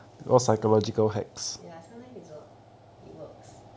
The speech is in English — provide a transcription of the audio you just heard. ya sometime his work it works